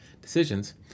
decisions